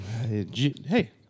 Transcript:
hey